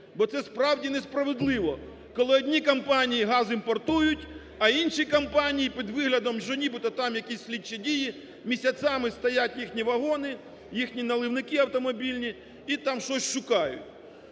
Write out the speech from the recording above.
бо це, справді, несправедливо, коли одні компанії газ імпортують, а інші компанії під виглядом, що нібито там якісь слідчі дії, місяцями стоять їхні вагони, їхні наливники автомобільні, і там щось шукають.